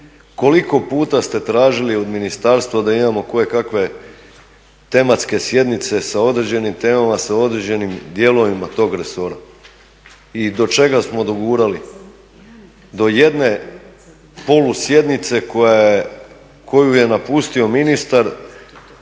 koliko puta ste tražili od ministarstva da imamo kojekakve tematske sjednice sa određenim temama, sa određenim dijelovima tog resora i do čega smo dogurali? Do jedne polusjednice koju je napustio ministar